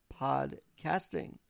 podcasting